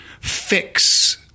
fix